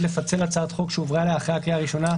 לפצל הצעת חוק שהועברה אליה אחרי הקריאה הראשונה,